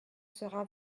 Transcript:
sera